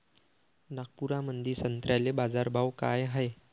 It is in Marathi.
नागपुरामंदी संत्र्याले बाजारभाव काय हाय?